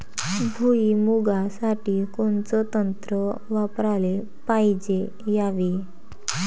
भुइमुगा साठी कोनचं तंत्र वापराले पायजे यावे?